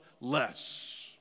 less